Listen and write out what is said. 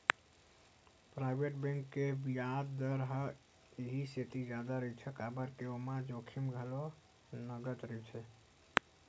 private bank के बियाज दर ह इहि सेती जादा रहिथे काबर के ओमा जोखिम घलो नँगत रहिथे